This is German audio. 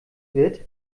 wird